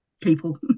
people